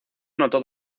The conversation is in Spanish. anotó